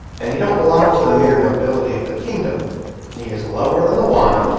and he don't belong to the mere nobility of the kingdom he is lower than the one,